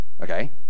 okay